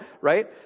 right